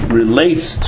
relates